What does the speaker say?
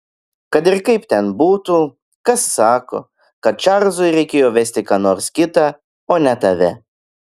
kad ir kaip ten būtų kas sako kad čarlzui reikėjo vesti ką nors kitą o ne tave